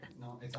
No